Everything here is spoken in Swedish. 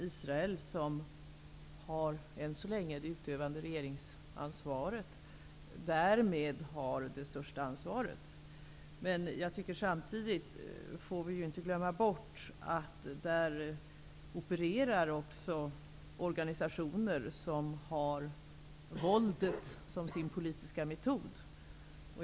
Israel, som än så länge har det utövande regeringsansvaret, har därmed naturligtvis också det största ansvaret. Men samtidigt får vi inte glömma bort att där opererar organisationer som har våldet som sin politiska metod.